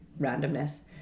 randomness